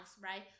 right